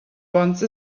once